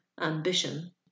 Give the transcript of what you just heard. ambition